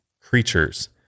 creatures